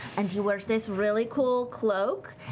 and he wears this really cool cloak,